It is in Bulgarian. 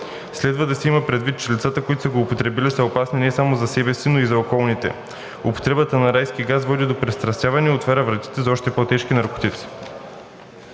Следва да се има предвид, че лицата, които са го употребили, са опасни не само за себе си, но и за околните. Употребата на райски газ води до пристрастяване и отваря вратите за още по-тежки наркотици.